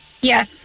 Yes